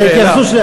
ההתייחסות שלי,